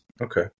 Okay